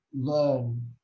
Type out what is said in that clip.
learn